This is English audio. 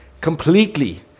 completely